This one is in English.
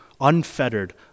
unfettered